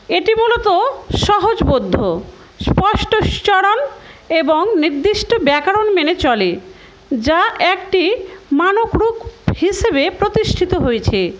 এটি মূলত সহজবোধ্য স্পষ্ট উচ্চারণ এবং নির্দিষ্ট ব্যাকরণ মেনে চলে যা একটি মানকরূপ হিসেবে প্রতিষ্ঠিত হয়েছে